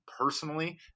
personally